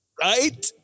Right